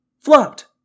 flopped